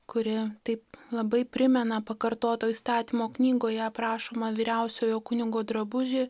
kuri taip labai primena pakartoto įstatymo knygoje aprašomą vyriausiojo kunigo drabužį